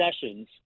sessions